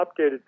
updated